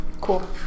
Cool